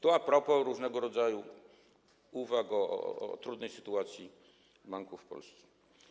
To a propos różnego rodzaju uwag o trudnej sytuacji banków w Polsce.